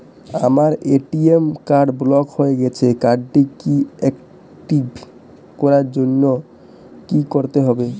আমার ATM card block হয়ে গেছে কার্ড টি একটিভ করার জন্যে কি করতে হবে?